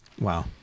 Wow